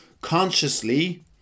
consciously